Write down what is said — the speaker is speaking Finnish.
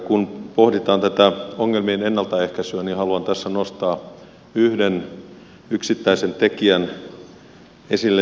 kun pohditaan tätä ongelmien ennaltaehkäisyä niin haluan tässä nostaa yhden yksittäisen tekijän esille ja se on alkoholi